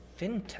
Fintech